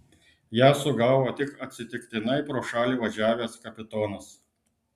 ją sugavo tik atsitiktinai pro šalį važiavęs kapitonas